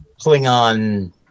Klingon